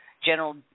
General